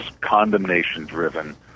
condemnation-driven